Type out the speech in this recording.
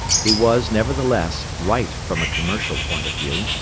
he was, nevertheless, right from a commercial point of view.